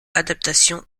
adaptations